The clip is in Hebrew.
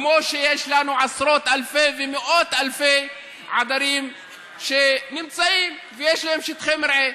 כמו שיש לנו עשרות אלפי ומאות אלפי עדרים שנמצאים ויש להם שטחי מרעה.